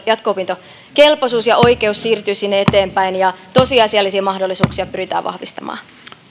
jatko opintokelpoisuus ja oikeus siirtyä eteenpäin ja tosiasiallisia mahdollisuuksia pyritään vahvistamaan